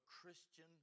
Christian